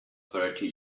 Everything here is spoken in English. thirty